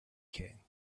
king